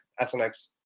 SNX